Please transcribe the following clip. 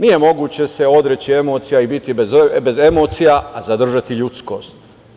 Nije se moguće odreći emocija i biti bez emocija, a zadržati ljudskost.